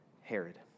Herod